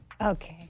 Okay